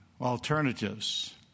Alternatives